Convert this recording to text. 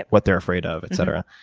what they're afraid of, etc.